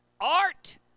Art